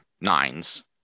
nines